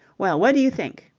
well, what do you think?